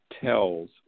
tells